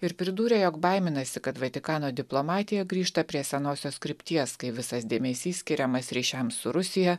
ir pridūrė jog baiminasi kad vatikano diplomatija grįžta prie senosios krypties kai visas dėmesys skiriamas ryšiams su rusija